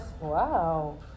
Wow